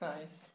Nice